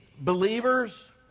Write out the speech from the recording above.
believers